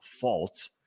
fault